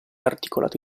articolato